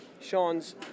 Sean's